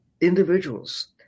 individuals